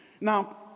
now